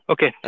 Okay